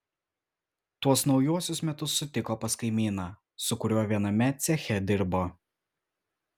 tuos naujuosius metus sutiko pas kaimyną su kuriuo viename ceche dirbo